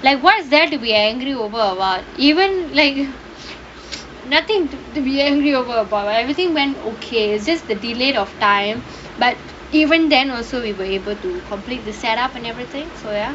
like what is there to be angry over about even like nothing to be angry over about everything went okay it's just the delay of time but even then also we were able to complete the set up and everything so ya